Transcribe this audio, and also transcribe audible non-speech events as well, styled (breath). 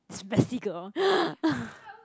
this messy girl (breath)